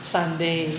Sunday